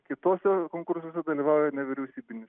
kituose konkursuose dalyvauja nevyriausybinis